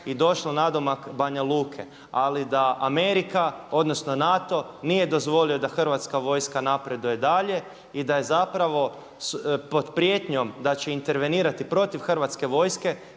i došla nadomak Banja Luke, ali da Amerika, odnosno NATO nije dozvolio da Hrvatska vojska napreduje dalje i da je zapravo pod prijetnjom da će intervenirati protiv Hrvatske vojska,